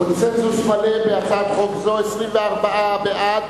קונסנזוס מלא בהצעת חוק זו: 24 בעד,